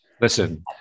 listen